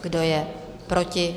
Kdo je proti?